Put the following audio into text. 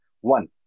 One